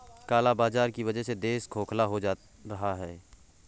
काला बाजार की वजह से देश खोखला होता जा रहा है